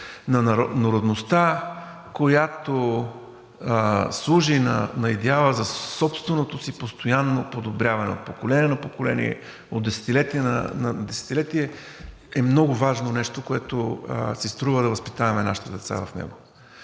– народността, която служи на идеала за собственото си постоянно подобряване от поколение на поколение, от десетилетие на десетилетие е много важно нещо, което си струва да възпитаваме нашите деца в него,